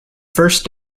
first